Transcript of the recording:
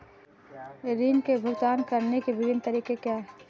ऋृण के भुगतान करने के विभिन्न तरीके क्या हैं?